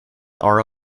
are